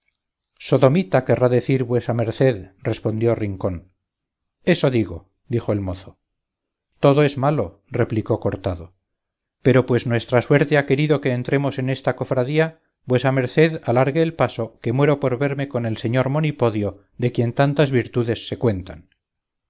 sodomita querrá decir vuesa merced respondió rincón eso digo dijo el mozo todo es malo replicó cortado pero pues nuestra suerte ha querido que entremos en esta cofradía vuesa merced alargue el paso que muero por verme con el señor monipodio de quien tantas virtudes se cuentan